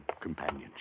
companionship